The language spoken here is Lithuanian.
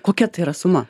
kokia tai yra suma